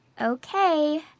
Okay